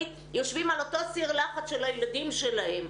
יושבים על אותו סיר לחץ של הילדים שלהם.